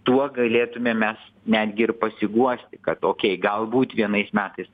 tuo galėtumėm mes netgi ir pasiguosti kad okei galbūt vienais metais